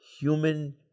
human